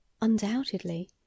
Undoubtedly